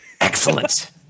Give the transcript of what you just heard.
Excellent